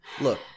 Look